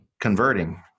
converting